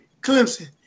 Clemson